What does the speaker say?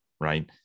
Right